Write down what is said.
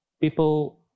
people